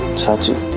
such a